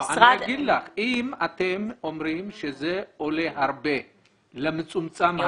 אם אתם אומרים שזה עולה הרבה למצומצם הזה,